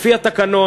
לפי התקנון,